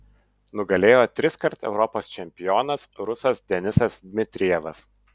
nugalėjo triskart europos čempionas rusas denisas dmitrijevas